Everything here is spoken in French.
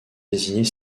désigner